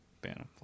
bantam